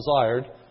desired